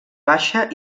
baixa